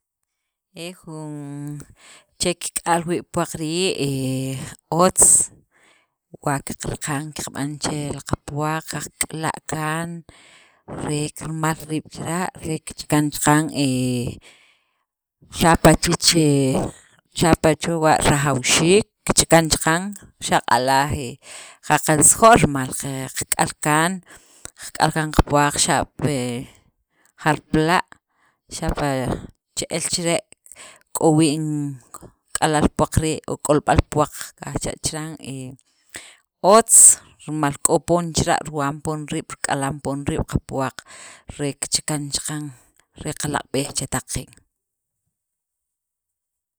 E jun che kik'al wii' puwaq rii' he otz, wa qaqran qaqb'an che qapuwaq, qaqkala' kaan, re qamal riib' chila' re kichakan chaqan he xapa' chech he xapa' chewa' rajawxiik kichakan chaqan xa' q'alaj qaqelsojol rimal qe qak'al kaan, qaq'al kaan qapuwaq, xape' jarpala', xapa' che'el chere' k'o wii' jun k'alal puwaq rii' o k'olb'al puwaq qajcha chiran he otz rimal k'o poon chila', riwam poon riib', rik'alam poon riib' qapuwaq re kichakan chaqan re qalak'b'ej chetaq qeen.